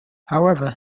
however